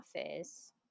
office